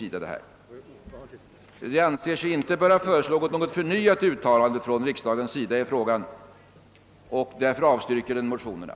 Utskottet anser sig inte böra föreslå något förnyat uttalande från riksdagen i frågan och avstyrker därför motionerna.